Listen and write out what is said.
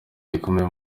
gikomeye